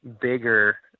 bigger